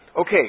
Okay